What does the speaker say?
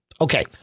Okay